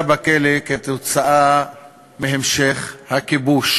נמצא בכלא בגלל המשך הכיבוש.